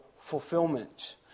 fulfillment